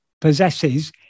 possesses